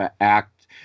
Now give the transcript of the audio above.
act